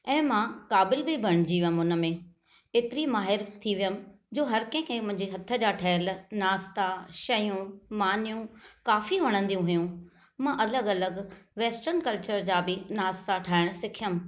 ऐं मां क़ाबिलु बि बणजी वियमि उनमें ऐतिरी माहिर थी वियमि जो हर कंहिंखे मुंहिंजे हथ जा ठहियल नाश्ता शयूं मानियूं काफी वणंदियूं हुइयूं मां अलॻि अलॻि वैस्टर्न कल्चर जा बि नाश्ता ठाहिणु सिखियमि